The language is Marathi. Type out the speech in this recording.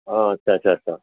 अच्छा अच्छा